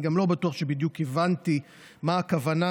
אני גם לא בטוח שבדיוק הבנתי מה הכוונה